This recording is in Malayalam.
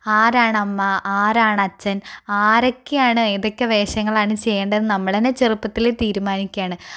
ആരാണ് അമ്മ ആരാണ് അച്ഛൻ ആരൊക്കെയാണ് ഏതൊക്കെ വേഷങ്ങളാണ് ചെയ്യേണ്ടതെന്ന് നമ്മൾ തന്നെ ചെറുപ്പത്തിൽ തീരുമാനിക്കുകയാണ്